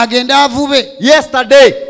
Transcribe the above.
Yesterday